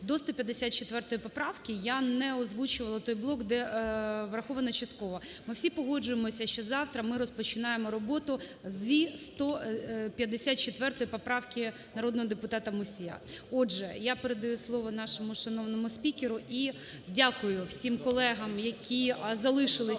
До 154 поправки я не озвучувала той блок, де враховано частково. Ми всі погоджуємося, що завтра ми розпочинаємо роботу зі 154 поправки народного депутата Мусія. Отже, я передаю слово нашому шановному спікеру і дякую всім колегам, які залишились